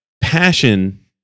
passion